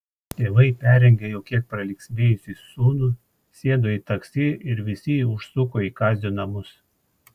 tėvai perrengė jau kiek pralinksmėjusį sūnų sėdo į taksi ir visi užsuko į kazio namus